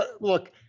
Look